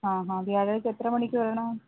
ആ ഹാ വ്യാഴാഴ്ച്ച എത്ര മണിക്ക് വരണം